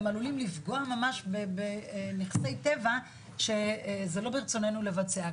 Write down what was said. הם עלולים לפגוע ממש בנכסי טבע שזה לא ברצוננו לבצע.